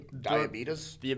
Diabetes